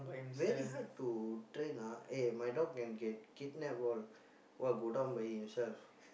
very hard to train ah eh my dog can get kidnap all while go down by himself